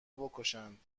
بکشند